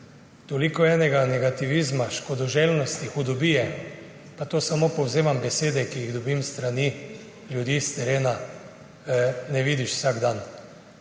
Toliko enega negativizma, škodoželjnosti, hudobije, pa to samo povzemam besede, ki jih dobim s strani ljudi iz terena, ne vidiš vsak dan.